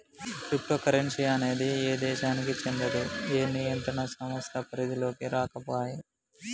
crypto currency అనేది ఏ దేశానికీ చెందదు, ఏ నియంత్రణ సంస్థ పరిధిలోకీ రాకపాయే